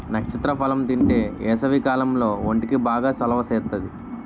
నక్షత్ర ఫలం తింతే ఏసవికాలంలో ఒంటికి బాగా సలవ సేత్తాది